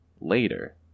later